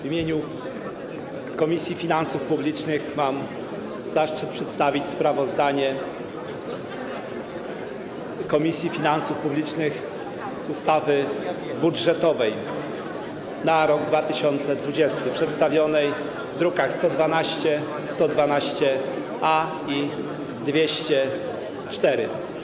W imieniu Komisji Finansów Publicznych mam zaszczyt przedstawić sprawozdanie Komisji Finansów Publicznych ustawy budżetowej na rok 2020, przedstawionej w drukach nr 112, 112-A i 204.